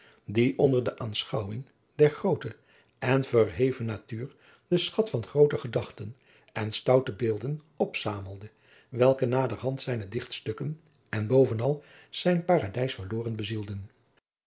die onder de aanschouwing der groote en verheven natuur den schat van groote gedachten en stoute beelden opzamelde welke naderhand zijne dichtstukken en boadriaan loosjes pzn het leven van maurits lijnslager venal zijn paradijs verloren bezielden